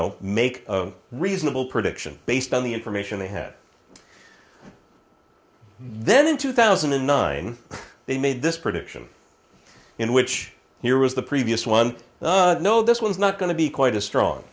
know make a reasonable prediction based on the information they had then in two thousand and nine they made this prediction in which here was the previous one no this was not going to be quite a strong